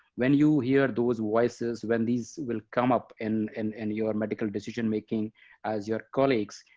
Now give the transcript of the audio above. when you hear those voices, when these will come up in and and your medical decision-making as your colleagues,